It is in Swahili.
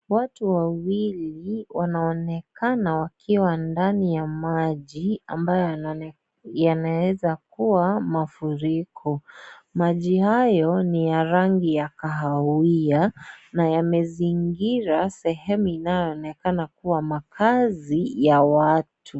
Watu wawili wanaonekana wakiwa ndani ya maji ambayo yanaonekana yanaezakuwa mafuriko. Maji hayo ni ya rangi ya kahawia na yamezingira sehemu inayoonekana kuwa makazi ya watu.